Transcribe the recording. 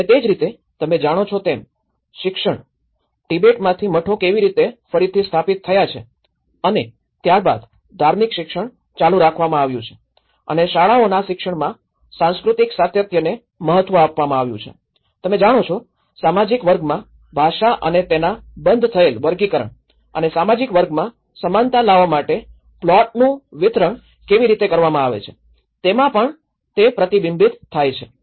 અને તે જ રીતે તમે જાણો છો તેમ શિક્ષણ તિબેટમાંથી મઠો કેવી રીતે ફરીથી સ્થાપિત થયા છે અને ત્યારબાદ ધાર્મિક શિક્ષણ ચાલુ રાખવામાં આવ્યું છે અને શાળાઓના શિક્ષણમાં સાંસ્કૃતિક સાતત્યને મહત્વ આપવામાં આવ્યું છે તમે જાણો છો સામાજિક વર્ગમાં ભાષા અને તેમાં બંધ થયેલ વર્ગીકરણ અને સામાજિક વર્ગમાં સમાનતા લાવવા માટે પ્લોટનું વિતરણ કેવી રીતે કરવામાં આવે છે તેમાં પણ તે પ્રતિબિંબિત થાય છે